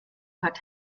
hat